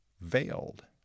veiled